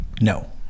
No